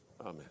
Amen